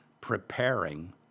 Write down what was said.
preparing